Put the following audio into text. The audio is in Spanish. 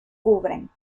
cubren